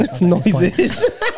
noises